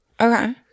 Okay